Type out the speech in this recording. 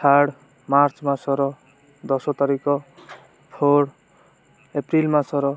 third March ମାସର ଦଶ ତାରିଖ ଫୋର୍ ଏପ୍ରିଲ ମାସର